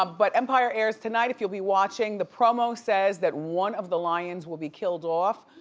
ah but empire airs tonight if you'll be watching. the promo says that one of the lyons will be killed off.